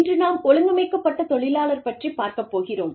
இன்று நாம் ஒழுங்கமைக்கப்பட்ட தொழிலாளர் பற்றிப் பார்க்கப் போகிறோம்